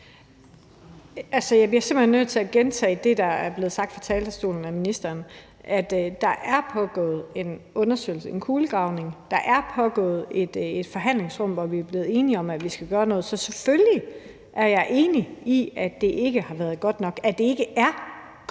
Jeg bliver simpelt hen nødt til at gentage det, der er blevet sagt fra talerstolen af ministeren, altså at der er pågået en undersøgelse, en kulegravning, og at der er pågået et forhandlingsrum, hvor vi er blevet enige om, at vi skal gøre noget. Så selvfølgelig er jeg enig i, at det ikke har været godt nok, at det ikke er godt nok